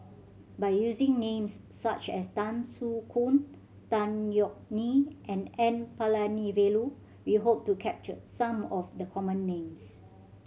by using names such as Tan Soo Khoon Tan Yeok Nee and N Palanivelu we hope to capture some of the common names